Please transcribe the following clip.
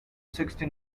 sixty